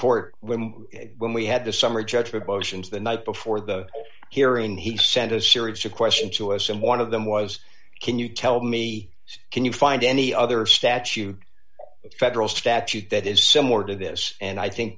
court when when we had the summary judgment beauchamp's the night before the hearing he sent a series of question to us and one of them was can you tell me can you find any other statute federal statute that is similar to this and i think